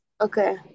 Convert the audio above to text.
Okay